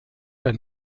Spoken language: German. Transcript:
der